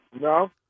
No